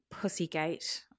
Pussygate